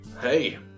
Hey